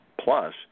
plus